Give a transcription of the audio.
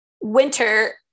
winter